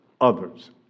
others